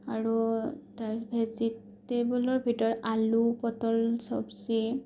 আৰু তাৰ ভেজিটেবলৰ ভিতৰত আলু পটল চব্জি